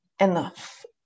enough